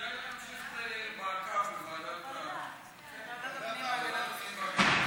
מעקב בוועדת הפנים והגנת הסביבה.